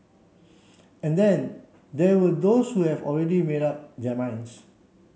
and then there were those who have already made up their minds